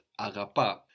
agapa